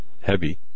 heavy